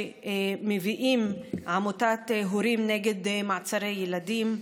שמביאה עמותת הורים נגד מעצרי ילדים,